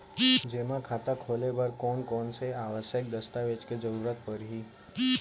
जेमा खाता खोले बर कोन कोन से आवश्यक दस्तावेज के जरूरत परही?